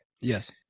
yes